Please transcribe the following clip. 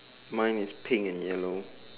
mine is pink and yellow